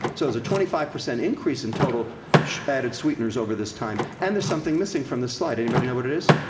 so there's a twenty five percent increase in total added sweeteners over this time. and there's something missing from this slide. anybody know what it is?